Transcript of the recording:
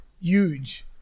huge